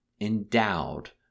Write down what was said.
endowed